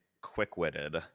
quick-witted